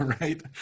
Right